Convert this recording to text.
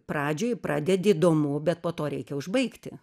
pradžioj pradedi įdomu bet po to reikia užbaigti